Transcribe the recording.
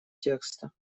текста